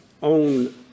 On